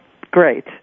great